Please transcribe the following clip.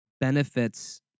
benefits